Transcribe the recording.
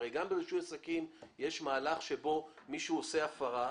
הרי גם ברישוי עסקים יש מהלך שבו מישהו עושה הפרה.